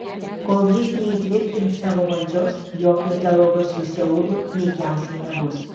kol jis neįtvirtins savo valdžios jokio dialogo su seulu veikiausiai nebus